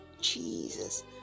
Jesus